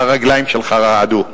הרגליים שלך רעדו.